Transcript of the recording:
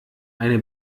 eine